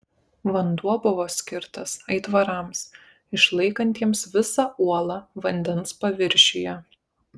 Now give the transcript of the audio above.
vanduo buvo skirtas aitvarams išlaikantiems visą uolą vandens paviršiuje